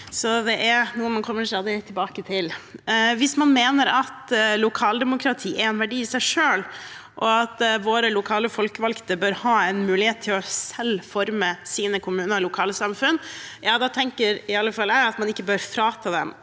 Det er noe man stadig kommer tilbake til. Hvis man mener at lokaldemokrati er en verdi i seg selv, og at våre lokale folkevalgte bør ha en mulighet til selv å forme sine kommuner og lokalsamfunn, da tenker iallfall jeg at man ikke bør frata dem